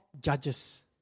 judges